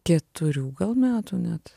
keturių gal metų net